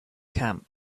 camp